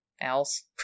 else